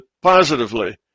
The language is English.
positively